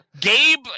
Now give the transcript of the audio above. Gabe